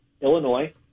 Illinois